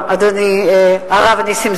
משרד הבריאות הוא